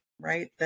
Right